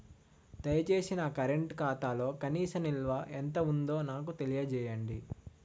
దయచేసి నా కరెంట్ ఖాతాలో కనీస నిల్వ ఎంత ఉందో నాకు తెలియజేయండి